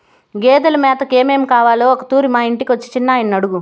గేదెలు మేతకు ఏమేమి కావాలో ఒకతూరి మా ఇంటికొచ్చి చిన్నయని అడుగు